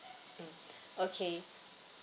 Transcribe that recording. mm okay